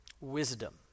wisdom